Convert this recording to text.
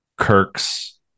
Kirk's